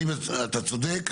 אתה צודק.